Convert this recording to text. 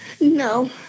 No